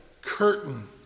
curtain